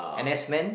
N_S Men